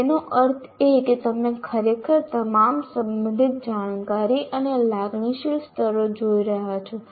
તેનો અર્થ એ કે તમે ખરેખર તમામ સંબંધિત જાણકારી અને લાગણીશીલ સ્તરો જોઈ રહ્યા છો